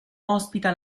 ospita